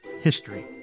history